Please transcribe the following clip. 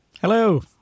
Hello